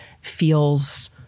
feels